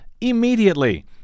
immediately